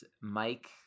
Mike